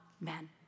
men